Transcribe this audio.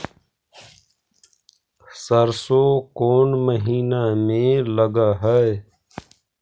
सरसों कोन महिना में लग है?